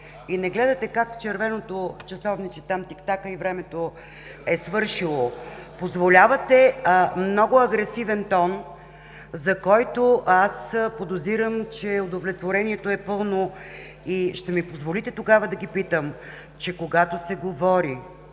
и не гледате как червеното часовниче тиктака и времето е свършило. Позволявате много агресивен тон, за който подозирам, че удовлетворението е пълно. Ще ми позволите тогава да кажа, че когато се говори